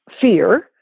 fear